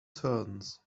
turns